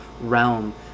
realm